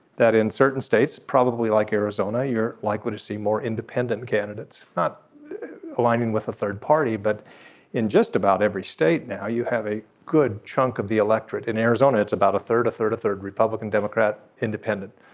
that in certain states probably like arizona you're likely to see more independent candidates not aligning with a third party but in just about every state now you have a good chunk of the electorate in arizona it's about a third a third a third republican democrat independent.